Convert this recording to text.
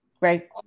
Right